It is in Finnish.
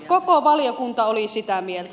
koko valiokunta oli sitä mieltä